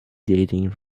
dating